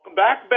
back